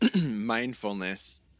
mindfulness